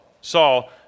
Saul